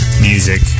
music